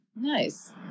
Nice